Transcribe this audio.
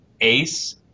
Ace